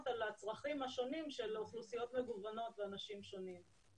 על הצרכים השונים של אוכלוסיות מגוונות ואנשים שונים.